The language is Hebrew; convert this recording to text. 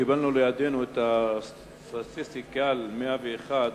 קיבלנו לידנו את "סטטיסטיקל 101",